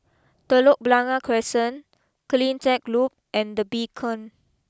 Telok Blangah Crescent Cleantech Loop and the Beacon